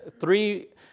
three